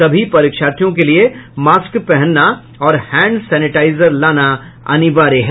सभी परीक्षार्थियों के लिये मास्क पहनना और हैंड सैनिटाइजर लाना अनिवार्य है